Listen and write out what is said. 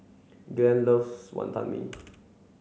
Glen loves Wonton Mee